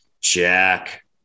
Jack